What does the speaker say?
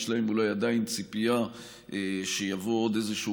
יש להם אולי עדיין ציפייה שיבוא עוד איזשהו